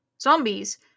zombies